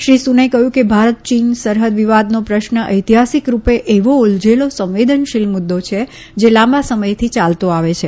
શ્રી સૂને કહ્યું કે ભારત ચીન બરહદ વિવાદનો પ્રશ્ન ઐતિહાસિકરૂપે એવો ઉલઝેલો સંવેદનશીલ મુદ્દો છે જે લાંબા સમયથી ચાલતો આવે છે